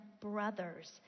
brothers